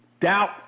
doubt